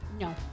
No